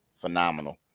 phenomenal